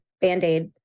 band-aid